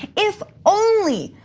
if only,